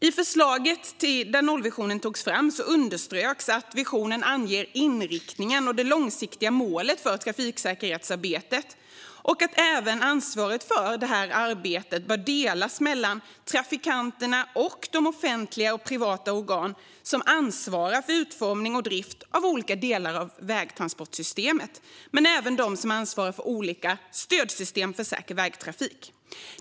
I förslaget där nollvisionen togs fram underströks att visionen anger inriktningen och det långsiktiga målet för trafiksäkerhetsarbetet samt att ansvaret för arbetet bör delas mellan trafikanterna och de offentliga och privata organ som ansvarar för utformning och drift av olika delar av vägtransportsystemet liksom för olika stödsystem för säker vägtrafik.